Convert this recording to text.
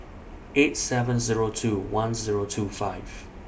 eight seven Zero two one Zero two five